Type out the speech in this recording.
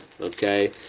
Okay